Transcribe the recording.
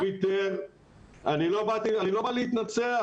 אני לא בא להתנצח,